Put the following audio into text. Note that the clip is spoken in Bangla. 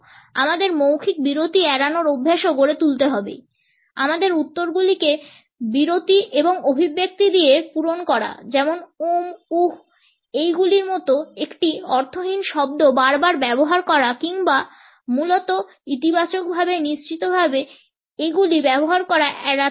আমাদের মৌখিক বিরতি এড়ানোর অভ্যাসও গড়ে তুলতে হবে আমাদের উত্তরগুলিকে বিরতি এবং অভিব্যক্তি দিয়ে পূরণ করা যেমন উম উহ এগুলির মতো একটি অর্থহীন শব্দ বারবার ব্যবহার করা কিংবা মূলত ইতিবাচকভাবে নিশ্চিতভাবে এগুলি ব্যবহার করা এড়াতে হবে